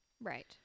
Right